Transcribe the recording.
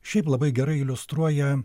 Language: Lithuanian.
šiaip labai gerai iliustruoja